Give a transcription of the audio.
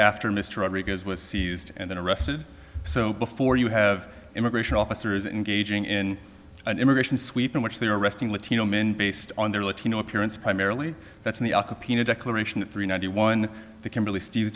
after mr rodriguez was seized and then arrested so before you have immigration officers engaging in an immigration sweep in which they are arresting latino men based on their latino appearance primarily that's in the uk a pina declaration of three ninety one the